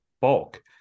bulk